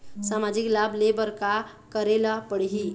सामाजिक लाभ ले बर का करे ला पड़ही?